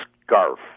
scarf